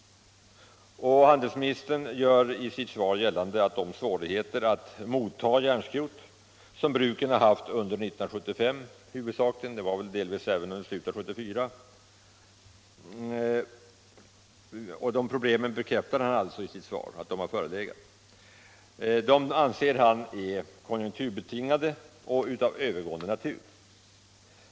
Handelsministern bekräftar i sitt svar de svårigheter att motta järnskrot, som bruken har haft, huvudsakligen under 1975, men delvis också under slutet av 1974, men anser att dessa svårigheter är konjunkturbetingade och av övergående natur.